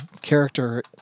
character